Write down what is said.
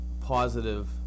positive